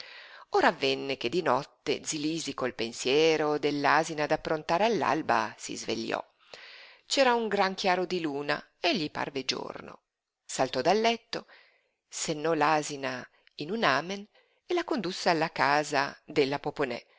ora avvenne che di notte zi lisi col pensiero dell'asina da approntare per l'alba si svegliò c'era un gran chiaro di luna e gli parve giorno saltò dal letto sellò l'asina in un amen e la condusse alla casa della poponè